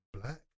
black